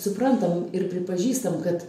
suprantam ir pripažįstam kad